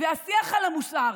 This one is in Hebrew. והשיח על המוסר,